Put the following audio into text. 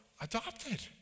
adopted